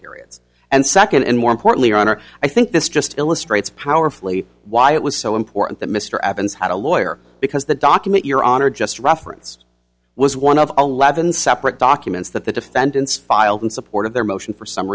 periods and second and more importantly honor i think this just illustrates powerfully why it was so important that mr evans had a lawyer because the document your honor just reference was one of eleven separate documents that the defendants filed in support of their motion for s